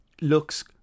Looks